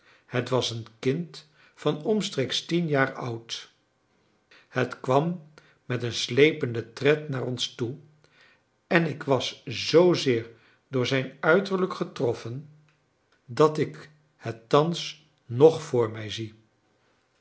het was een kind van omstreeks tien jaar oud het kwam met een sleependen tred naar ons toe en ik was zoozeer door zijn uiterlijk getroffen dat ik het thans nog vr mij zie